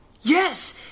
yes